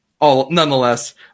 Nonetheless